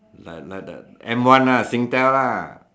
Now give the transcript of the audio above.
like like the M one ah Singtel lah